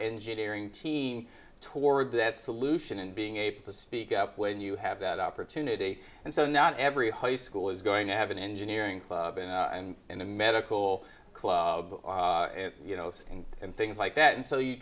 engineering team toward that solution and being able to speak up when you have that opportunity and so not every high school is going to have an engineering club and and and a medical club and you know so and and things like that and